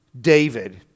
David